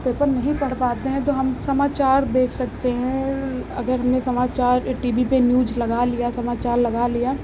paper नहीं पढ़ पाते हैं तो हम समाचार देख सकते हैं और अगर हमने समाचार या टी वी पर न्यूज़ लगा लिया समाचार लगा लिया